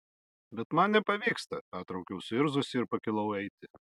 bet man nepavyksta pertraukiau suirzusi ir pakilau eiti